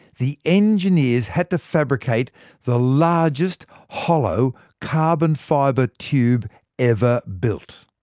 the engineers had to fabricate the largest hollow carbon fibre tube ever built.